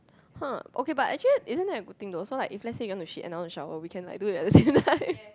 !huh! okay but actually isn't it a good thing though so like if let's say you want to shit and I want to shower we can like do it at the same time